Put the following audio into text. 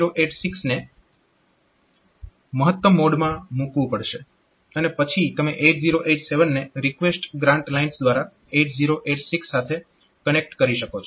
તો તમારે 8086 ને મહત્તમ મોડમાં મૂકવું પડશે અને પછી તમે 8087 ને રિકવેસ્ટ ગ્રાન્ટ લાઇન્સ દ્વારા 8086 સાથે કનેક્ટ કરી શકો છો